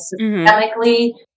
systemically